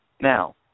Now